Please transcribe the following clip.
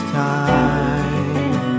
time